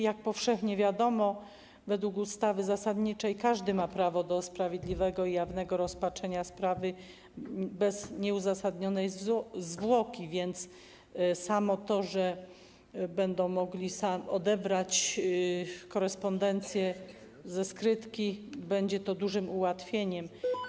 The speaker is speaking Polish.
Jak powszechnie wiadomo, według ustawy zasadniczej każdy ma prawo do sprawiedliwego i jawnego rozpatrzenia sprawy bez nieuzasadnionej zwłoki, więc samo to, że będą mogli odebrać korespondencję ze skrytki, będzie dużym ułatwieniem.